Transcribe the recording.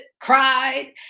cried